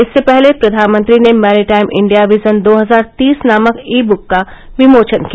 इससे पहले प्रधानमंत्री ने मैरीटाइम इंडिया विजन दो हजार तीस नामक ईब्क का विमोचन किया